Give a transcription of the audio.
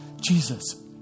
Jesus